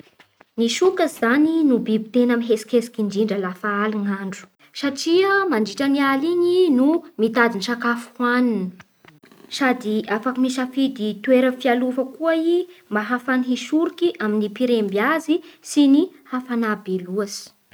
Ny sokatsy zany no biby tena mihetsiketsiky indrindra lafa haly ny andro. Satria mandritra ny aly igny i no mitady sakafo hohaniny sady afaky misafidy toera fialofa koa i mba ahafahany misoriky amin'ny mpiremby azy sy ny hafanà be loatsy.